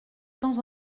temps